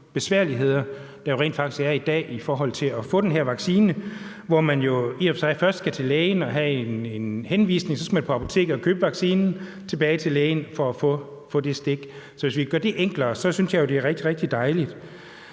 besværligheder, der rent faktisk er i dag i forhold til at få den her vaccine, for man skal først til lægen og have en henvisning, så skal man på apoteket og købe vaccinen og så tilbage til lægen for at få det stik. Så hvis vi kan gøre det enklere, synes jeg, det ville være rigtig, rigtig